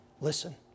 listen